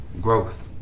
Growth